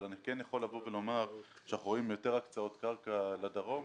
אבל אני כן יכול לומר שאנחנו רואים יותר הקצאות קרקע לדרום.